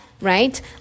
right